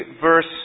verse